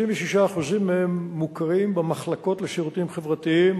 כ-36% מהם מוכרים במחלקות לשירותים חברתיים,